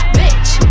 bitch